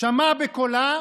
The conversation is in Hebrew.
שמע בקולה,